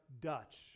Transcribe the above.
Dutch